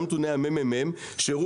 גם נתוני הממ"מ,